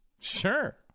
Sure